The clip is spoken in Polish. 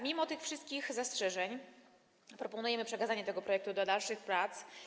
Mimo tych wszystkich zastrzeżeń proponujemy przekazanie tego projektu do dalszych prac.